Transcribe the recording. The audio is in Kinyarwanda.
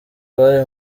bari